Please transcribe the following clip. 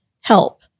help